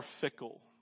fickle